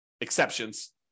exceptions